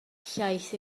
llaeth